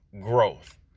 growth